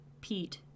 pete